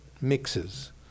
mixes